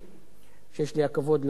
שיש לי הכבוד לעמוד בראשה,